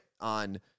on